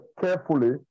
carefully